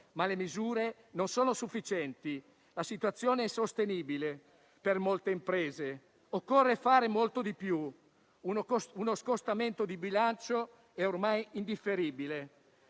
Ma le misure non sono sufficienti; la situazione è insostenibile per molte imprese. Occorre fare molto di più: uno scostamento di bilancio è ormai indifferibile.